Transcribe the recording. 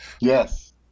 Yes